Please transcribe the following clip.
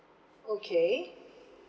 okay